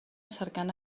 cercant